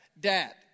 Dad